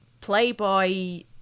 Playboy